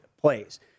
plays